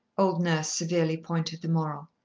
old nurse severely pointed the moral.